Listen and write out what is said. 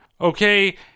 okay